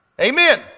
Amen